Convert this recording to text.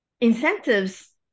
incentives